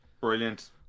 Brilliant